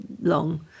long